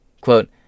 Quote